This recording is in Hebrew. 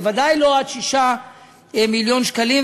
בוודאי לא עד 6 מיליוני ש"ח,